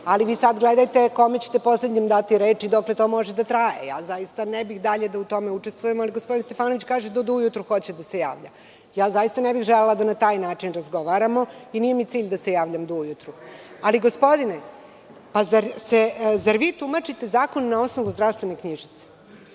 ali vi sad gledajte kome ćete poslednjem dati reč i dokle to može da traje. Zaista ne bih dalje da u tome učestvujem, ali gospodin Stefanović kaže da do ujutro hoće da se javlja. Zaista ne bih želela da na taj način razgovaramo i nije mi cilj da se javljam do ujutru. Ali, gospodine zar vi tumačite zakon na osnovu zdravstvene knjižice? Dakle,